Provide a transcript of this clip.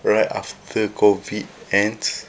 right after COVID ends